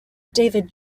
david